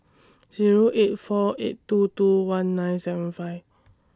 Zero eight four eight two two one nine seven five